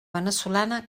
veneçolana